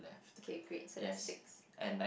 okay great so there are six